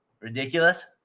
Ridiculous